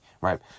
Right